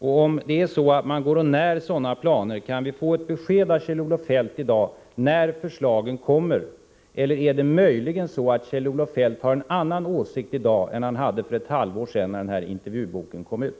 Om regeringen har sådana planer, kan vi då i dag få ett besked av Kjell-Olof Feldt när ett sådant förslag kommer? Eller är det möjligen så att Kjell-Olof Feldt har en annan åsikt i dag än för ett halvår sedan när intervjuboken kom ut?